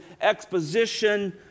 exposition